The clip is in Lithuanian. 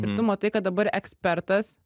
ir tu matai kad dabar ekspertas